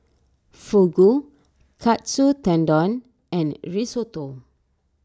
Fugu Katsu Tendon and Risotto